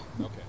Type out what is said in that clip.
Okay